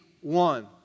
one